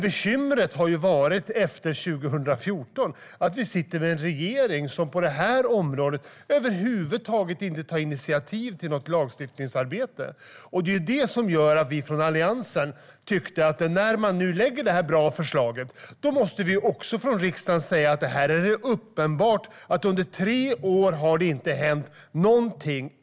Bekymret efter 2014 har varit att vi sitter med en regering som på det här området över huvud taget inte tar initiativ till något lagstiftningsarbete. Det är det som gör att vi i Alliansen tycker att när man nu lägger fram detta bra förslag, då måste vi i riksdagen säga att här är det uppenbart att det under tre år inte har hänt någonting.